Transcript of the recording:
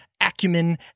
acumen